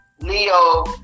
Leo